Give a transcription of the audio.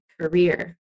career